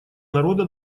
народа